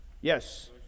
Yes